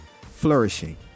flourishing